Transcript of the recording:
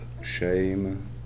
shame